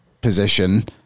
position